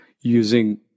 using